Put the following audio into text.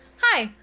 hi,